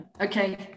okay